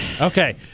Okay